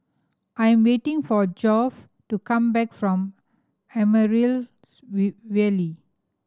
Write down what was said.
I'm waiting for Geoff to come back from Amaryllis Ville